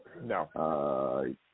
No